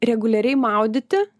reguliariai maudyti